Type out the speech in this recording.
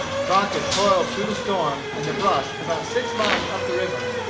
crockett toiled through the storm and the brush about six miles up the river,